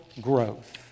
growth